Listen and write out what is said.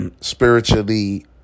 spiritually